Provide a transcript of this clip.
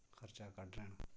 खर्चा कड्ढदे न